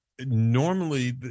Normally